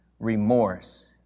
Remorse